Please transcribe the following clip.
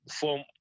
form